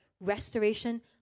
restoration